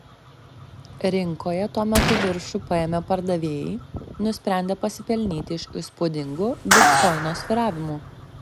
rinkoje tuo metu viršų paėmė pardavėjai nusprendę pasipelnyti iš įspūdingų bitkoino svyravimų